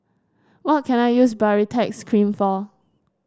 what can I use Baritex Cream for